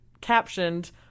captioned